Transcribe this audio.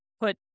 put